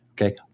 Okay